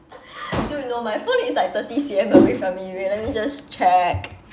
dude no my phone is like thirty C_M away from me wait let me just check